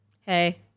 Hey